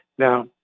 Now